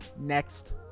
next